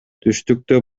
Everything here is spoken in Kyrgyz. түштүктө